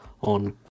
on